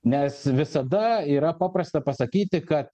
nes visada yra paprasta pasakyti kad